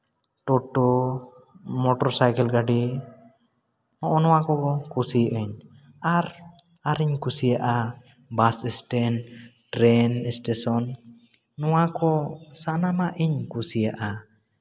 ᱴᱳᱴᱳ motor cycle ᱜᱟᱹᱰᱤ ᱱᱚᱜᱼᱚ ᱱᱚᱣᱟᱠᱚ ᱠᱩᱥᱤᱭᱟᱜ ᱟᱹᱧ ᱟᱨ ᱟᱨᱤᱧ ᱠᱩᱥᱤᱭᱟᱜᱼᱟ ᱵᱟᱥ ᱥᱴᱮᱱᱰ ᱴᱨᱮᱱ ᱮᱥᱴᱮᱥᱚᱱ ᱱᱚᱣᱟᱠᱚ ᱥᱟᱱᱟᱢᱟᱜ ᱤᱧ ᱠᱩᱥᱤᱭᱟᱜᱼᱟ